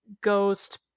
ghost